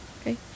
okay